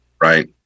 right